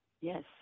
Yes